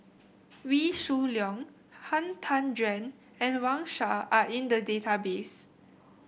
Wee Shoo Leong Han Tan Juan and Wang Sha are in the database